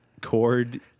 Cord